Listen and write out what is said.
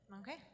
Okay